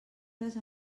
les